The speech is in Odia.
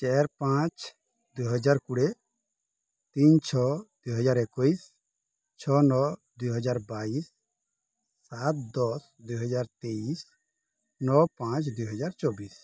ଚାରି ପାଞ୍ଚ ଦୁଇ ହଜାର କୋଡ଼ିଏ ତିନି ଛଅ ଦୁଇ ହଜାର ଏକୋଇଶ ଛଅ ନଅ ଦୁଇ ହଜାର ବାଇଶ ସାତ ଦଶ ଦୁଇ ହଜାର ତେଇଶ ନଅ ପାଞ୍ଚ ଦୁଇ ହଜାର ଚବିଶ